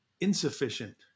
insufficient